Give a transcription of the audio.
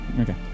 okay